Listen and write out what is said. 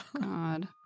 God